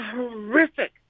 horrific